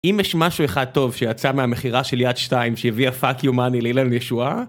אם יש משהו אחד טוב שיצא מהמכירה של יד שתיים שהביאה fuck you money לאילן ישועה.